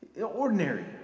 Ordinary